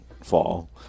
fall